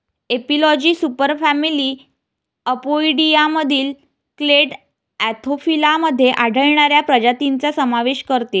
एपिलॉजी सुपरफॅमिली अपोइडियामधील क्लेड अँथोफिला मध्ये आढळणाऱ्या प्रजातींचा समावेश करते